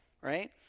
Right